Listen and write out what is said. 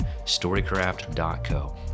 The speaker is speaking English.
storycraft.co